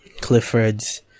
Clifford's